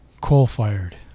Coal-fired